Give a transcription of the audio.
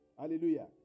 Hallelujah